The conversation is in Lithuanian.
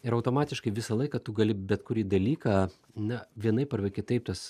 ir automatiškai visą laiką tu gali bet kurį dalyką na vienaip arbe kitaip tas